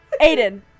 Aiden